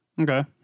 Okay